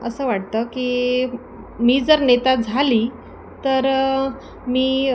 असं वाटतं की मी जर नेता झाली तर मी